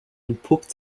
entpuppt